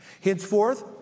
Henceforth